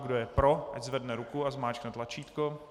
Kdo je pro, ať zvedne ruku a zmáčkne tlačítko.